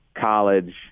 college